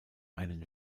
einen